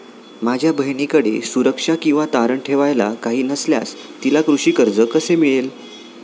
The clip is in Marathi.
माझ्या बहिणीकडे सुरक्षा किंवा तारण ठेवायला काही नसल्यास तिला कृषी कर्ज कसे मिळेल?